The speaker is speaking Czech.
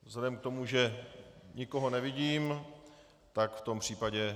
Vzhledem k tomu, že nikoho nevidím, tak v tom případě...